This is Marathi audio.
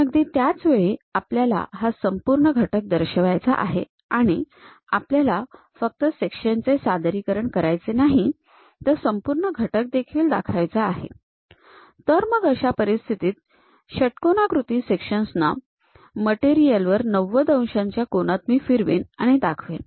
पण अगदी त्याच वेळी आपल्याला हा संपूर्ण घटक दर्शवायचा आहे आपल्याला फक्त सेक्शन चे सादरीकरण करायचे नाही तर संपूर्ण घटक देखील दाखवायचा आहे तर मग अशा परिस्थितीत षट्कोनाकृती सेक्शन्स ना मटेरियल वर 90 अंश कोनात मी फिरवेन आणि दाखवेन